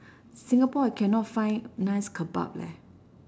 singapore cannot find nice kebab leh